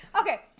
Okay